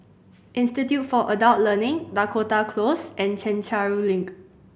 Institute for Adult Learning Dakota Close and Chencharu Link